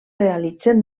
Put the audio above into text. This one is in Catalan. realitzen